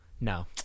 No